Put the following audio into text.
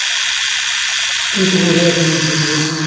ᱛᱤ ᱛᱮᱠᱚ ᱨᱩᱭᱟ ᱡᱷᱩᱱᱡᱷᱩᱱᱤ